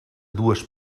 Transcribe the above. dues